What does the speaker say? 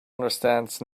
understands